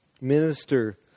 minister